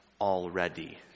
already